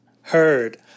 heard